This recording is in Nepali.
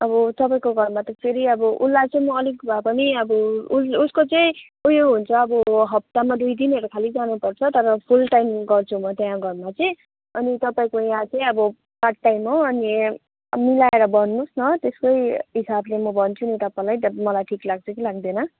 अब तपाईँको घरमा फेरि अब उसलाई चाहिँ म अलिक भए पनि अब उ उसको चाहिँ उयो हुन्छ अब हप्तामा दुई दिनहरू खालि जानुपर्छ तर फुल टाइम गर्छु म त्यहाँ घरमा चाहिँ अनि तपाईँको यहाँ चाहिँ अब पार्ट टाइम हो अनि मिलाएर भन्नुहोस् न त्यसकै हिसाबले म भन्छु नि तपाईँलाई मलाई ठिक लाग्छ कि लाग्दैन